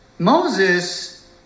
Moses